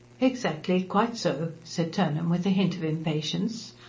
exactly, quite so, said turnham, with a hint of impatience.